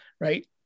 right